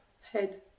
head